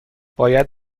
باید